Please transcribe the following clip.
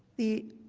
the